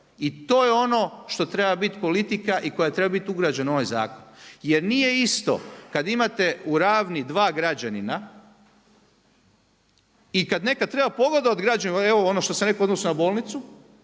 i to je ono što treba bit politika i koja treba biti ugrađena u ovaj zakon. Jer nije isto kad imate u Ravni dva građanina i kad nekad pogodovati evo ovo što sam rekao u odnosu na bolnicu